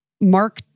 Mark